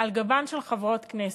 על גבן של חברות כנסת,